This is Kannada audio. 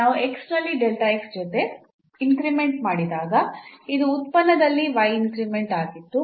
ನಾವು ನಲ್ಲಿ ಜೊತೆ ಇನ್ಕ್ರಿಮೆಂಟ್ ಮಾಡಿದಾಗ ಇದು ಉತ್ಪನ್ನದಲ್ಲಿ ಇನ್ಕ್ರಿಮೆಂಟ್ ಆಗಿತ್ತು